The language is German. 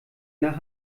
nach